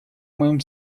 моем